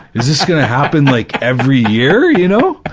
is this gonna happen like, every year, you know?